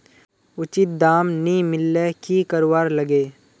उचित दाम नि मिलले की करवार लगे?